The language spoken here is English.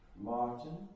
Martin